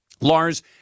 Lars